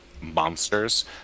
monsters